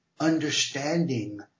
understanding